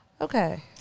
Okay